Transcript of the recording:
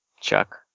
Chuck